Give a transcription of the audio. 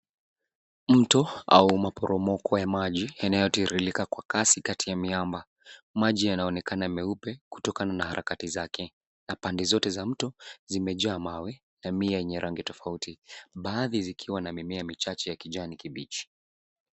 Mto au maporomoko ya maji yanayotiririka kwa kasi kati ya miamba. Maji yanaonekana meupe kutokana na harakati zake. Na pande zote za mto zimejaa mawe ya mie yenye rangi tofauti. Baadhi zikiwa na mimea michache ya kijani kibichi.